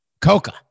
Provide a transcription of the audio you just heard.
Coca